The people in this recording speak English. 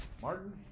Martin